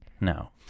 No